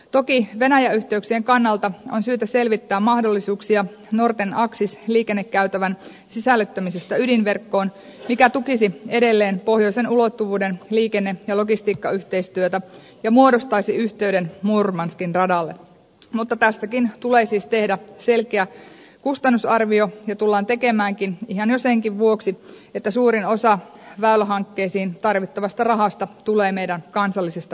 toki venäjä yh teyksien kannalta on syytä selvittää mahdollisuuksia northern axis liikennekäytävän sisällyttämisestä ydinverkkoon mikä tukisi edelleen pohjoisen ulottuvuuden liikenne ja logistiikkayhteistyötä ja muodostaisi yhteyden murmanskin radalle mutta tästäkin tulee siis tehdä selkeä kustannusarvio ja tullaan tekemäänkin ihan jo senkin vuoksi että suurin osa väylähankkeisiin tarvittavasta rahasta tulee meidän kansallisesta budjetistamme